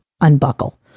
unbuckle